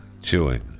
Chewing